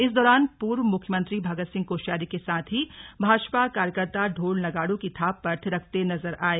इस दौरान पूर्व मुख्यमंत्री भगत सिंह कोश्यारी के साथ ही भाजपा कार्यकर्ता ढोल नगाड़ों की थाप पर थिरकते नजर आये